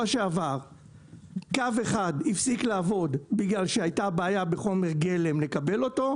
שעבר קו אחד הפסיק לעבוד בגלל שהייתה בעיה בחומר גלם לקבל אותו,